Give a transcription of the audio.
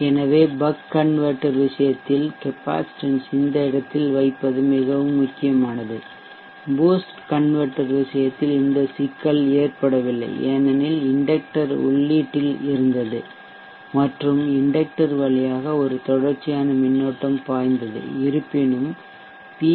எனவே buck converter விஷயத்தில் capacitance இந்த இடத்தில் வைப்பது மிகவும் முக்கியமானது பூஸ்ட் கன்வெர்ட்டர் விஷயத்தில் இந்த சிக்கல் ஏற்படவில்லை ஏனெனில் இண்டெக்டர் உள்ளீட்டில் இருந்தது மற்றும் இண்டெக்டர் வழியாக ஒரு தொடர்ச்சியான மின்னோட்டம் பாய்ந்தது இருப்பினும் பி